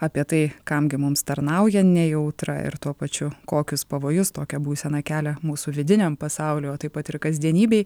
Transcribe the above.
apie tai kam gi mums tarnauja nejautra ir tuo pačiu kokius pavojus tokia būsena kelia mūsų vidiniam pasauliui o taip pat ir kasdienybei